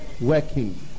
working